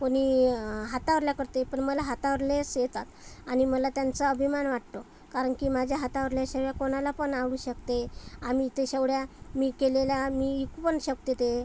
कोणी हातावरल्या करते पण मला हातावरलेच येतात आणि मला त्यांचा अभिमान वाटतो कारण की माझ्या हातावरल्या शेवया कोणाला पण आवडू शकते आम्ही ते शेवड्या मी केलेल्या मी विकू पण शकते ते